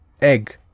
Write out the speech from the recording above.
egg